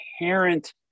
inherent